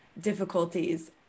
difficulties